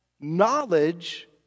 knowledge